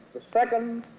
the second